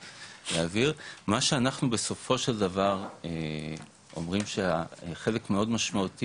מה שאנחנו בסופו של דבר אומרים שהחלק המאוד משמעותי